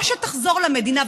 או שתחזור למדינה,